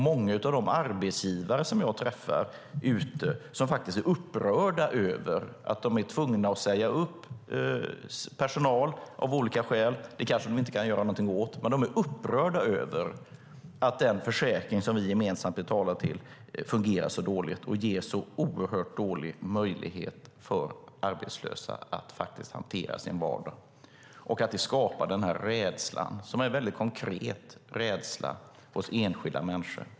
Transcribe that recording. Många av de arbetsgivare som jag träffar och som av olika skäl är tvungna att säga upp personal är upprörda över att den försäkring som vi gemensamt betalar till fungerar så dåligt, ger så liten möjlighet för arbetslösa att hantera sin vardag och skapar en konkret rädsla hos enskilda människor.